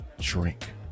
drink